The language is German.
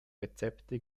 rezepte